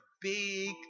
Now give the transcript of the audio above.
big